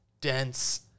dense